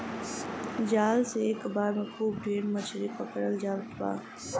जाल से एक बेर में खूब ढेर मछरी पकड़ल जात बा